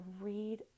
read